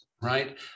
right